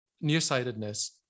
nearsightedness